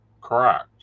correct